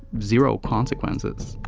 zero consequences.